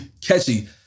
catchy